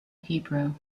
hebrew